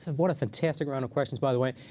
what a fantastic round of questions, by the way.